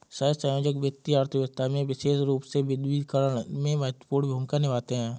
सहसंयोजक वित्तीय अर्थशास्त्र में विशेष रूप से विविधीकरण में महत्वपूर्ण भूमिका निभाते हैं